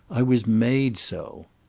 i was made so.